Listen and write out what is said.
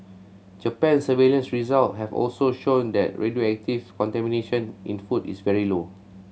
Japan's surveillance result have also shown that radioactive contamination in food is very low